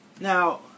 Now